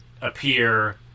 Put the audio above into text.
appear